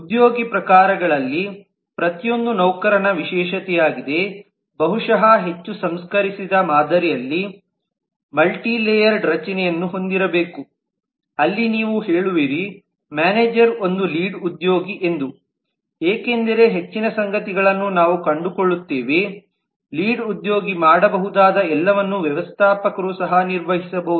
ಉದ್ಯೋಗಿ ಪ್ರಕಾರಗಳಲ್ಲಿ ಪ್ರತಿಯೊಂದೂ ನೌಕರನ ವಿಶೇಷತೆಯಾಗಿದೆ ಬಹುಶಃ ಹೆಚ್ಚು ಸಂಸ್ಕರಿಸಿದ ಮಾದರಿಯು ಮಲ್ಟಿಲೇಯರ್ಡ್ ರಚನೆಯನ್ನು ಹೊಂದಿರಬೇಕು ಅಲ್ಲಿ ನೀವು ಹೇಳುವಿರಿ ಮ್ಯಾನೇಜರ್ ಒಂದು ಲೀಡ್ ಉದ್ಯೋಗಿ ಎಂದು ಏಕೆಂದರೆ ಹೆಚ್ಚಿನ ಸಂಗತಿಗಳನ್ನು ನಾವು ಕಂಡುಕೊಳ್ಳುತ್ತೇವೆ ಲೀಡ್ ಉದ್ಯೋಗಿ ಮಾಡಬಹುದಾದ ಎಲ್ಲವನ್ನೂ ವ್ಯವಸ್ಥಾಪಕರು ಸಹ ನಿರ್ವಹಿಸಬಹುದು